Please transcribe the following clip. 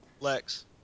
Lex